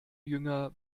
jünger